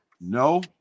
No